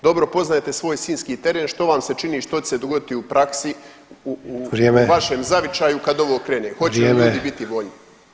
Dobro poznajete svoj sinjski teren što vam se čini što će se dogoditi u praksi u [[Upadica Sanader: Vrijeme.]] vašem zavičaju kad ovo krene? [[Upadica Sanader: Vrijeme.]] Hoće li ljudi biti voljni?